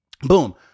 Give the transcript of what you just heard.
boom